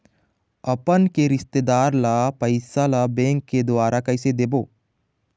अपन के रिश्तेदार ला पैसा ला बैंक के द्वारा कैसे देबो?